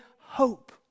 hope